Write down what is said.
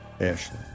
Ashley